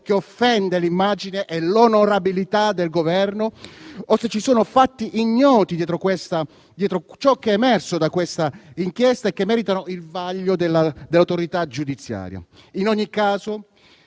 che offende l'immagine e l'onorabilità del Governo o se ci sono fatti ignoti dietro ciò che è emerso da questa inchiesta, che meritano il vaglio dell'autorità giudiziaria. In ogni caso,